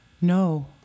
no